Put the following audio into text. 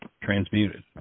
transmuted